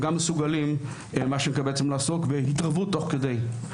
הם גם מסוגלים לעסוק בהתערבות תוך כדי.